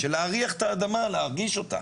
של להריח את האדמה, להרגיש אותה.